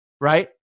right